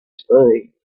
speed